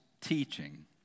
teaching